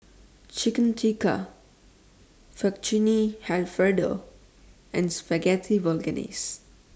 Chicken Tikka Fettuccine Alfredo and Spaghetti Bolognese